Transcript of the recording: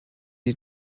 die